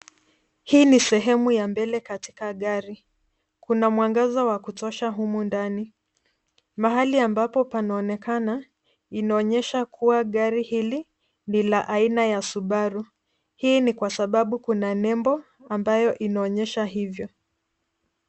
Hii ni sehemu ya mbele katika gari. Kuna mwangaza wa kutosha humu ndani. Mahali ambapo panaonekana inaonyesha kuwa gari hili ni la aina ya Subaru . Hii ni kwa sababu kuna nembo ambayo inaonyesha hivyo.